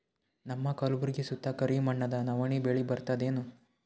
ನಮ್ಮ ಕಲ್ಬುರ್ಗಿ ಸುತ್ತ ಕರಿ ಮಣ್ಣದ ನವಣಿ ಬೇಳಿ ಬರ್ತದೇನು?